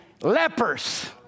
lepers